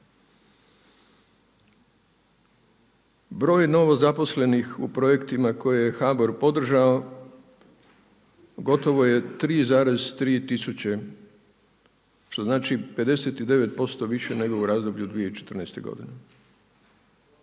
broj novo zaposlenih u projektima koje je HBOR podržao gotovo je 3,3 tisuće, što znači 59% više nego u razdoblju 2014. godine.